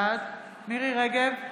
בעד מירי מרים רגב,